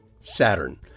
Saturn